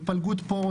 התפלגות פה,